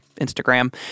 Instagram